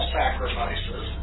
sacrifices